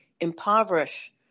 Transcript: impoverish